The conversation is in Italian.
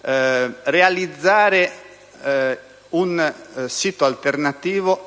realizzare un sito alternativo